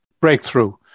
breakthrough